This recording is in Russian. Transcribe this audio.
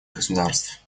государств